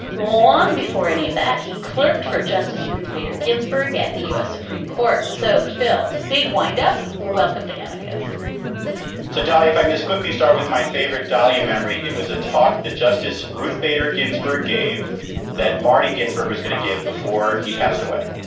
long before any of that, he clerked for justice ruth bader ginsburg at the u s. supreme court. so, phil, big windup. welcome to amicus so sadly, if i can just quickly start with my favorite dahlia memory. it was a talk that justice ruth bader ginsburg gave that marty ginsburg was going to give before he passed away.